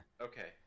Okay